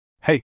Hey